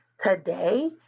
Today